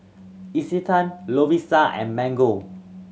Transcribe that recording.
Isetan Lovisa and Mango